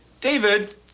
David